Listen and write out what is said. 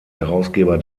herausgeber